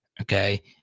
Okay